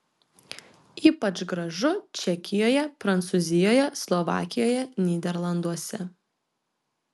ypač gražu čekijoje prancūzijoje slovakijoje nyderlanduose